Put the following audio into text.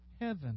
heaven